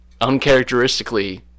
uncharacteristically –